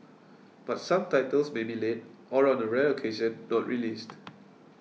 but some titles may be late or on a rare occasion not released